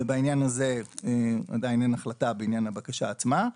ובעניין הזה עדיין אין החלטה בעניין הבקשה עצמה.